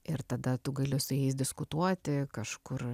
ir tada tu gali su jais diskutuoti kažkur